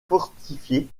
fortifiée